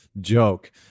joke